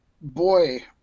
boy